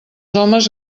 homes